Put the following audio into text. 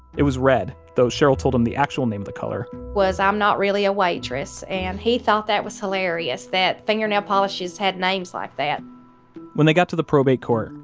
it was red, though cheryl told him the actual name of the color was i'm not really a waitress, and he thought that was hilarious that fingernail polishes had names like that ah when they got to the probate court,